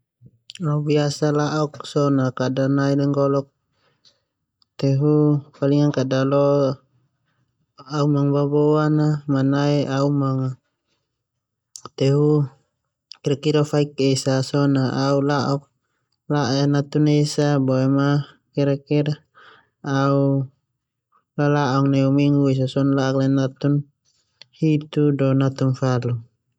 Au biasa la'ok so na kada nggolok dale tehu kada lo au umang a baboan, tehu kir-kira faik eaa so na au la'ok la'e natun esa boema kira-kira au lala'ong neu minggu esa so na la'ok la'e natun hito natun falu.